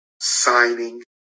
signing